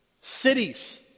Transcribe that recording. cities